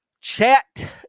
Chat